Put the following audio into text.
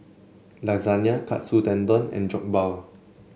Lasagne Katsu Tendon and Jokbal